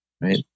Right